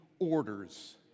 orders